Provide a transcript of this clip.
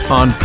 on